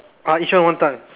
ah each one one time